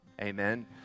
Amen